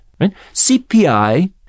CPI